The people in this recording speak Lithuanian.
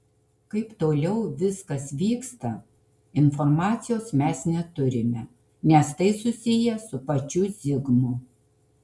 kaip toliau viskas vyksta informacijos mes neturime nes tai susiję su pačiu zigmu